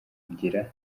kugira